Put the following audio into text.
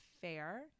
fair